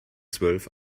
zwölf